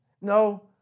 No